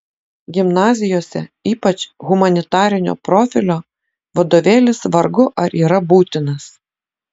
gimnazijose ypač humanitarinio profilio vadovėlis vargu ar yra būtinas